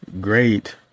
great